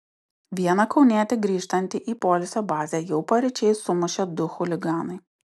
vieną kaunietį grįžtantį į poilsio bazę jau paryčiais sumušė du chuliganai